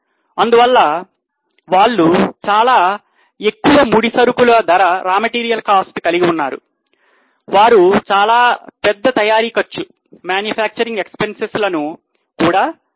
అందువల్ల వాళ్లు చాలా ఎక్కువ ముడి సరుకులు ధర లను కూడా పొంది ఉన్నారు